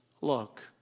Look